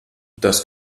das